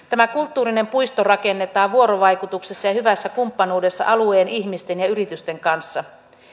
tämä kulttuurinen puisto rakennetaan vuorovaikutuksessa ja hyvässä kumppanuudessa alueen ihmisten ja yritysten kanssa